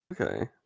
Okay